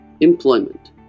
Employment